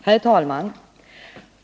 Herr talman!